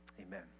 Amen